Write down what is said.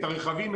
את הרכבים,